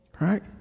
Right